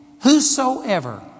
whosoever